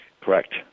Correct